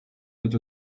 być